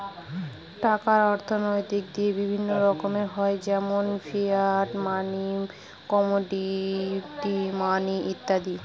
টাকার অর্থনৈতিক দিক বিভিন্ন রকমের হয় যেমন ফিয়াট মানি, কমোডিটি মানি ইত্যাদি